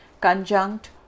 Conjunct